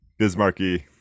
Bismarcky